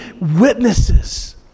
witnesses